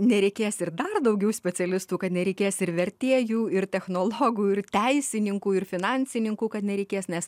nereikės ir dar daugiau specialistų kad nereikės ir vertėjų ir technologų ir teisininkų ir finansininkų kad nereikės nes